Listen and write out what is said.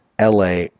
LA